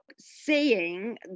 seeing